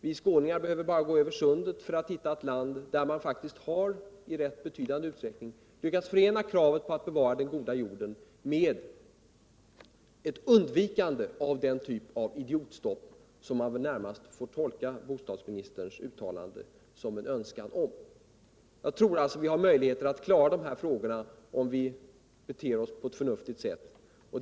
Vi skåningar behöver bara gå över sundet för att hitta landet, där man faktiskt i rätt betydande utsträckning har lyckats förena kravet på att bevara den goda jorden med ett undvikande av den typ av idiotstopp som man väl närmast får tolka bostadsministerns uttalande såsom en önskan om. Jag tror att vi har möjlighet att klara dessa frågor, om vi beter oss på eu förnuftigt sätt.